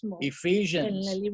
Ephesians